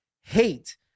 Hate